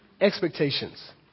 expectations